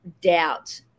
doubt